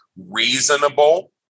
reasonable